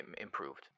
improved